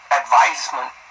advisement